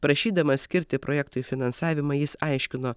prašydamas skirti projektui finansavimą jis aiškino